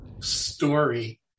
story